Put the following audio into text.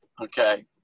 Okay